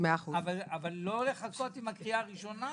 אבל לא להתעכב בגלל זה עם הקריאה הראשונה.